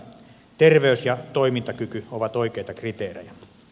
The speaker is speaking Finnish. terveys ja toimintakyky ovat oikeita kriteerejä